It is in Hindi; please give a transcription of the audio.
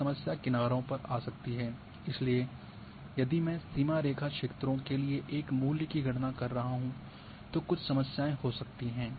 अब समस्या किनारों पर आ सकती है इसलिए यदि मैं सीमा रेखा क्षेत्रों के लिए एक मूल्य की गणना कर रहा हूं तो कुछ समस्याएं हो सकती हैं